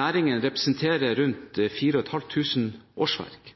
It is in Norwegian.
Næringen representerer rundt 4 500 årsverk.